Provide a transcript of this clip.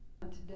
...today